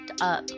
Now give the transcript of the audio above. up